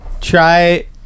try